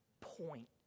point